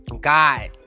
God